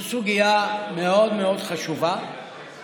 זו סוגיה מאוד מאוד חשובה,